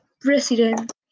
president